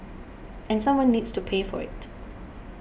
and someone needs to pay for it